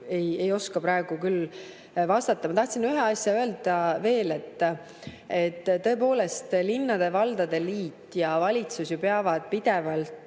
Ma tahtsin ühe asja öelda veel. Tõepoolest, linnade ja valdade liit ja valitsus ju peavad pidevalt